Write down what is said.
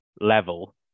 level